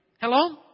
Hello